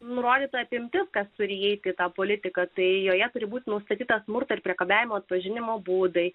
nurodyta apimtis nesurijai kita politika tai joje turi būti nustatyta smurto ir priekabiavimo atpažinimo būdai